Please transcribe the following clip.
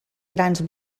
grans